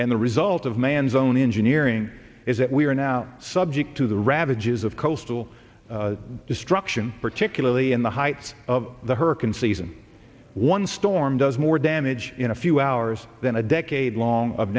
and the result of man's own engineering is that we are now subject to the ravages of coastal destruction particularly in the heights of the hurrican season one storm does more damage in a few hours than a decade long of